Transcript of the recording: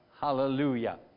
Hallelujah